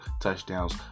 touchdowns